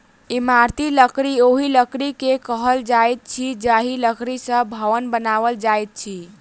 इमारती लकड़ी ओहि लकड़ी के कहल जाइत अछि जाहि लकड़ी सॅ भवन बनाओल जाइत अछि